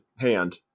hand